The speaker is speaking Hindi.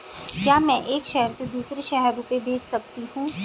क्या मैं एक शहर से दूसरे शहर रुपये भेज सकती हूँ?